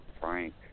Frank